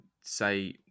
say